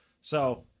So-